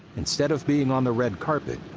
instead of being on the red carpet,